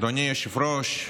אדוני היושב-ראש.